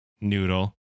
noodle